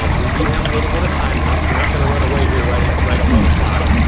um we do have a little bit of time left. we're not gonna run away her right at right at one like